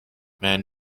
men